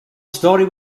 story